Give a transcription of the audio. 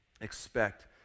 expect